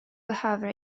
behöver